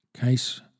Case